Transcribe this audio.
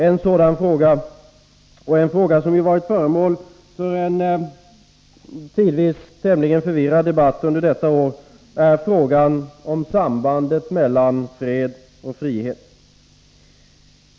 En sådan fråga — som varit föremål för en tidvis tämligen förvirrad debatt under detta år — är sambandet mellan fred och frihet.